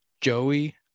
joey